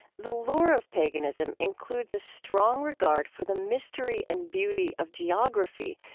the lure of paganism includes a strong regard for the mystery and beauty of geography,